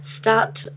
start